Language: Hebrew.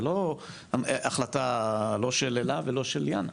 זה לא החלטה לא של אלה ולא של יאנה.